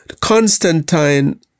Constantine